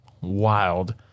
wild